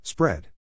Spread